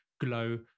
glow